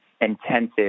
intensive